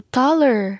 taller